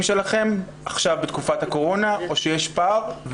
שלכם עכשיו בתקופת הקורונה או שיש פער?